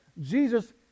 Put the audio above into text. Jesus